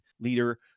leader